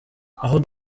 aho